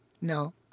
No